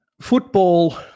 Football